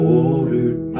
ordered